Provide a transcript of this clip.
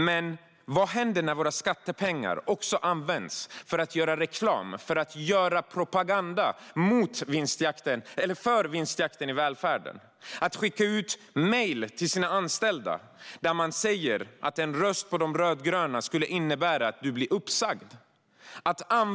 Men vad händer när våra skattepengar också används för att göra reklam och propaganda för vinstjakten i välfärden och för att skicka ut mejl till anställda där man säger att en röst på de rödgröna skulle innebära att du blir uppsagd?